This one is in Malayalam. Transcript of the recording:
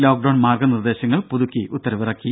ലോക്ഡൌൺ മാർഗ്ഗ നിർദേശങ്ങൾ പുതുക്കി ഉത്തരവിറക്കി